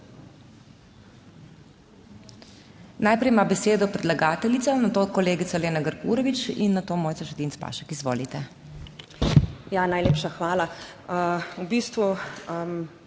Najprej ima besedo predlagateljica, nato kolegica Lena Grgurevič in nato Mojca Šetinc Pašek. Izvolite.